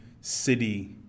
city